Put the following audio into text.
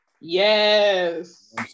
Yes